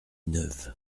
neuve